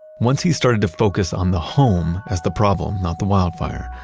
once he started to focus on the home as the problem, not the wildfire,